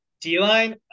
D-line